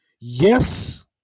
Yes